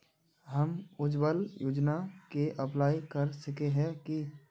हम उज्वल योजना के अप्लाई कर सके है की?